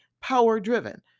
power-driven